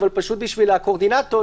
אבל בשביל הקואורדינטות,